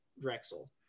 Drexel